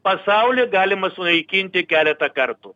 pasaulį galima sunaikinti keletą kartų